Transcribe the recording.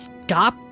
Stop